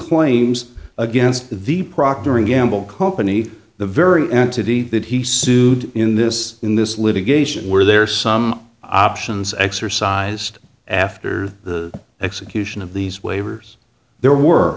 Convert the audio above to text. claims against the procter and gamble company the very entity that he sued in this in this litigation where there are some options exercised after the execution of these waivers there were